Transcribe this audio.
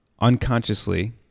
unconsciously